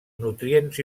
nutrients